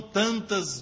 tantas